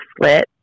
slit